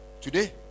Today